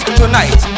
tonight